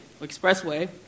expressway